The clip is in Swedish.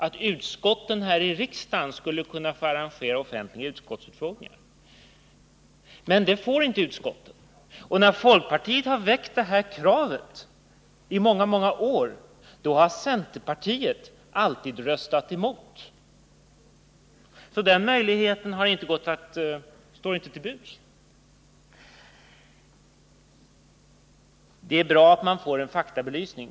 Men utskotten får inte arrangera sådana offentliga utfrågningar. När folkpartiet har rest det här kravet under många år har centerpartiet alltid röstat emot. Så den möjligheten står inte till buds. Det är bra att man får en faktabelysning.